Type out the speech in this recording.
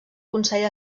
consell